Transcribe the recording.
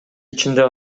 ичинде